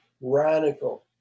radical